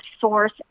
source